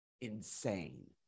Insane